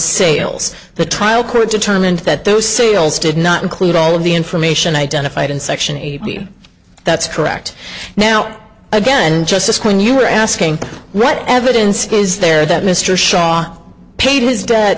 sales the trial court determined that those sales did not include all of the information identified in section eight that's correct now again just as when you were asking what evidence is there that mr shaw paid his